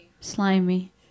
Slimy